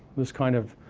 this kind of